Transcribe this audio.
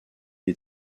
des